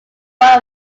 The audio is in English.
both